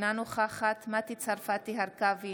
אינה נוכחת מטי צרפתי הרכבי,